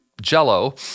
jello